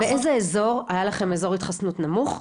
באיזה אזור היה לכם אזור התחסנות נמוך,